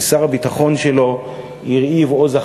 ושר הביטחון שלו הרהיב עוז,